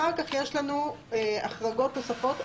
אחר כך יש לנו החרגות נוספות.